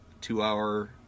two-hour